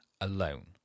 alone